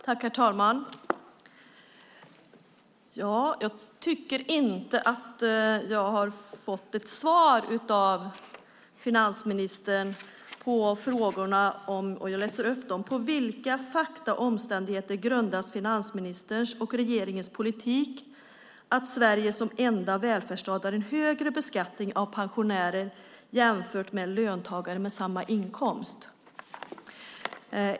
Herr talman! Jag tycker inte att jag har fått ett svar av finansministern på min fråga: På vilka fakta och omständigheter grundas finansministerns och regeringens politik att Sverige som enda välfärdsstat har en högre beskattning av pensionärer jämfört med löntagare med samma inkomst?